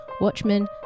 Watchmen